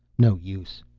no use.